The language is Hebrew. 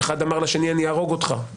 אחד אמר לשני בעצבים אני אהרוג אותך,